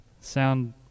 sound